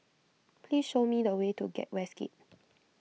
please show me the way to get Westgate